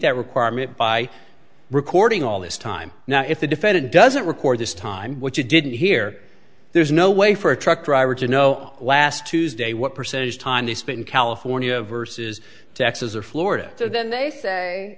that requirement by recording all this time now if the defendant doesn't record this time which you didn't hear there's no way for a truck driver to know last tuesday what percentage of time they spend california versus texas or florida then they say